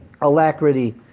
alacrity